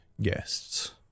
guests